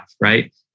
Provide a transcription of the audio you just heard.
right